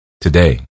today